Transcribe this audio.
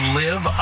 live